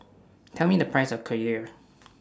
Tell Me The Price of Kheer